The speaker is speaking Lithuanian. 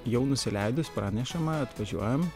jau nusileidus pranešama atvažiuojam